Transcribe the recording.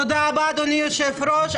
תודה רבה, אדוני היושב-ראש.